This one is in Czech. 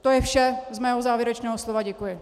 To je vše z mého závěrečného slova, děkuji.